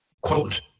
Quote